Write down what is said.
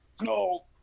No